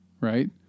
right